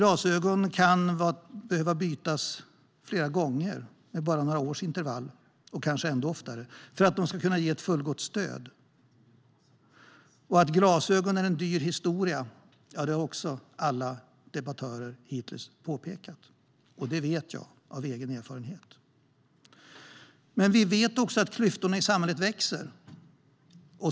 Glasögonen kan alltså behöva bytas med bara några års intervall eller oftare för att ge fullgott stöd. Att glasögon är en dyr historia har alla debattörer hittills påpekat, och det vet jag av egen erfarenhet. Vi vet också att klyftorna i samhället växer.